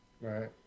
right